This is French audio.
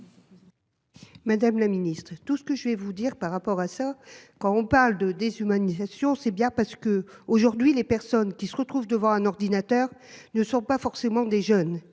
Madame la Ministre, tout ce que je vais vous dire, par rapport à ça quand on parle de déshumanisation. C'est bien parce que aujourd'hui les personnes qui se retrouvent devant un ordinateur ne sont pas forcément des jeunes